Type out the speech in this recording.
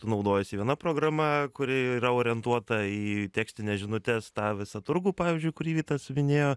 tu naudojiesi viena programa kuri yra orientuota į tekstines žinutes tą visą turgų pavyzdžiui kurį vytas minėjo